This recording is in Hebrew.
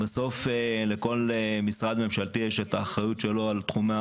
בסוף לכל משרד ממשלתי יש את האחריות שלו על התחומים